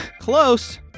Close